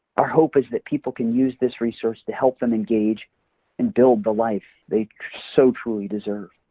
our hope is that people can use this resource to help them engage and build the life they so truly deserve.